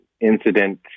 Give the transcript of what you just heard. incident